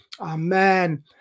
Amen